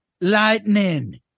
lightning